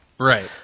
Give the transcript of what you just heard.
Right